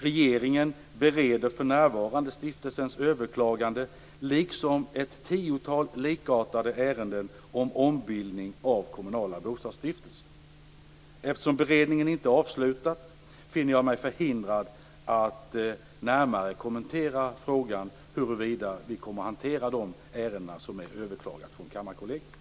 Regeringen bereder för närvarande stiftelsens överklagande, liksom ett tiotal likartade ärenden om ombildning av kommunala bostadsstiftelser. Eftersom beredningen inte är avslutad finner jag mig förhindrad att närmare kommentera frågan hur vi kommer att hantera de ärenden som är överklagade från Kammarkollegiet.